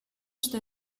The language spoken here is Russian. что